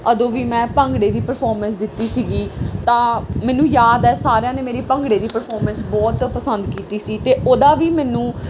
ਉਦੋਂ ਵੀ ਮੈਂ ਭੰਗੜੇ ਦੀ ਪਰਫੋਰਮੈਂਸ ਦਿੱਤੀ ਸੀਗੀ ਤਾਂ ਮੈਨੂੰ ਯਾਦ ਹੈ ਸਾਰਿਆਂ ਨੇ ਮੇਰੀ ਭੰਗੜੇ ਦੀ ਪਰਫੋਰਮੈਂਸ ਬਹੁਤ ਪਸੰਦ ਕੀਤੀ ਸੀ ਅਤੇ ਉਹਦਾ ਵੀ ਮੈਨੂੰ